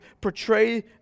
portray